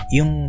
Yung